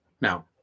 Now